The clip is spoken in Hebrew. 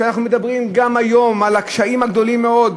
שאנחנו מדברים גם היום על הקשיים הגדולים מאוד,